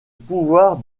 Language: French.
pouvoir